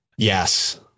Yes